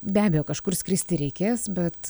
be abejo kažkur skristi reikės bet